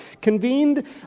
convened